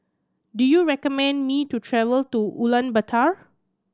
do you recommend me to travel to Ulaanbaatar